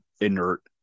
inert